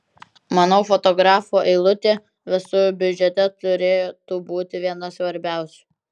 manau fotografo eilutė vestuvių biudžete turėtų būti viena svarbiausių